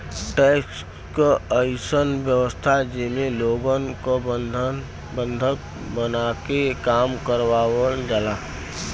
tax क अइसन व्यवस्था जेमे लोगन क बंधक बनाके काम करावल जाला